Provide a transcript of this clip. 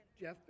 Jeff